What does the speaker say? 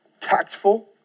Tactful